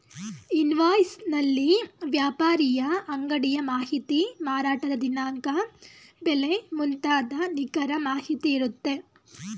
invoice ನಲ್ಲಿ ವ್ಯಾಪಾರಿಯ ಅಂಗಡಿಯ ಮಾಹಿತಿ, ಮಾರಾಟದ ದಿನಾಂಕ, ಬೆಲೆ ಮುಂತಾದ ನಿಖರ ಮಾಹಿತಿ ಇರುತ್ತೆ